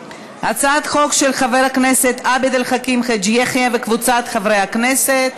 הצעת חוק של חבר הכנסת עבד אל חכים חאג' יחיא וקבוצת חברי הכנסת.